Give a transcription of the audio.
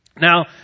Now